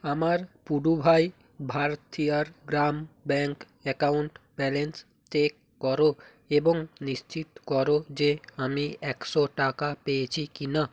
আমার Puduvai Bharathiyar Grama bank account balance check করো এবং নিশ্চিত করো যে আমি একশো টাকা পেয়েছি কি না